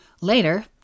Later